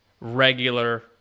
regular